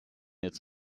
its